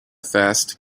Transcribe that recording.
fast